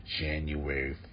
January